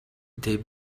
they